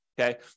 okay